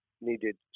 needed